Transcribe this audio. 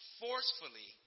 forcefully